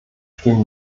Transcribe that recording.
stehen